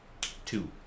Two